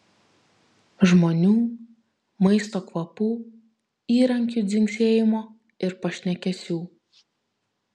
žmonių maisto kvapų įrankių dzingsėjimo ir pašnekesių